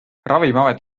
ravimiamet